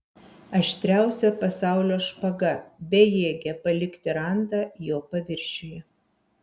aštriausia pasaulio špaga bejėgė palikti randą jo paviršiuje